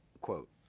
quote